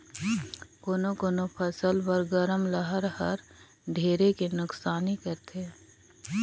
कोनो कोनो फसल बर गरम लहर हर ढेरे के नुकसानी करथे